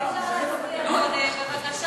אפשר להצביע קודם, בבקשה?